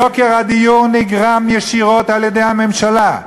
יוקר הדיור נגרם ישירות על-ידי הממשלה.